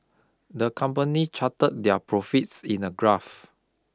the company charted their profits in a graph